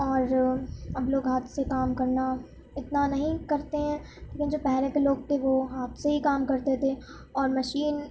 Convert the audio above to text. اور اب لوگ ہاتھ سے کام کرنا اتنا نہیں کرتے ہیں وہ جو پہلے کے لوگ تھے وہ ہاتھ سے ہی کام کرتے تھے اور مشین